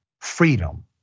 freedom